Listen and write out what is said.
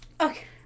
Okay